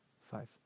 five